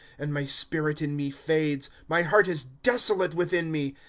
and my spirit in me faints, my heart is desolate within me.